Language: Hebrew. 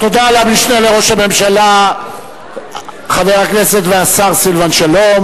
תודה למשנה לראש הממשלה חבר הכנסת והשר סילבן שלום.